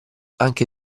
anche